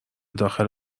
داخل